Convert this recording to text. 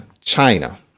china